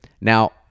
Now